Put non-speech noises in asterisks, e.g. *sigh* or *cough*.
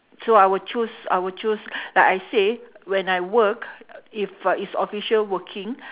so I will choose I will choose *breath* like I said when I work if it's official working